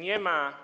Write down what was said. Nie ma